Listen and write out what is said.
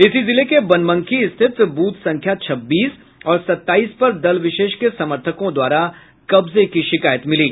इसी जिले के बनमनखी स्थित ब्रथ संख्या छब्बीस और सताईस पर दल विशेष के समर्थकों द्वारा कब्जे की शिकायत मिली